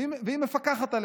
והיא מפקחת עליהם.